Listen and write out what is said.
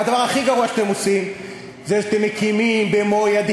והדבר הכי גרוע שאתם עושים זה שאתם מקימים במו-ידיכם